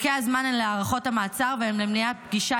פרקי הזמן הן להארכות המעצר והן למניעת פגישה